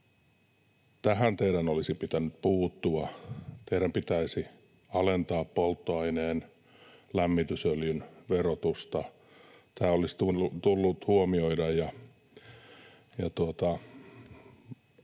Tähän teidän olisi pitänyt puuttua. Teidän pitäisi alentaa polttoaineen, lämmitysöljyn verotusta. Tämä asia olisi tullut huomioida ja